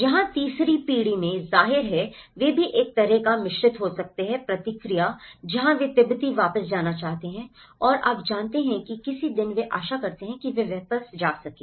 जहां तीसरी पीढ़ी में जाहिर है वे भी एक तरह का मिश्रित हो सकते हैं प्रतिक्रिया जहां वे तिब्बत वापस जाना चाहते हैं और आप जानते हैं कि किसी दिन वे आशा करते हैं कि वे वापस जाएं